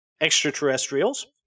extraterrestrials